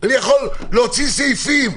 אני יכול להוציא סעיפים,